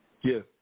Yes